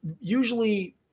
usually